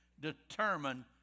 determine